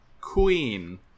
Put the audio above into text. Queen